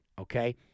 okay